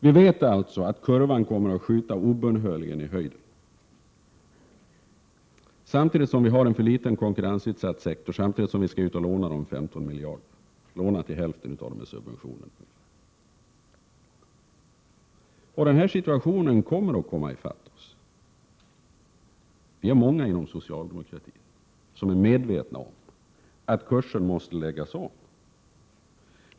Vi vet att kurvan obönhörligen kommer att skjuta i höjden, samtidigt som vi har en för liten konkurrensutsatt sektor, samtidigt som vi skall ut och låna 15 miljarder, till hälften av subventionerna. Vi är många inom socialdemokratin som är medvetna om att kursen måste läggas om.